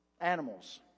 Animals